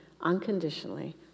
unconditionally